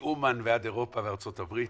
מאומן ועד אירופה וארצות הברית,